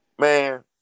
Man